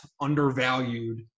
undervalued